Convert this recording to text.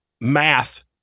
math